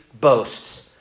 boasts